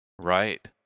Right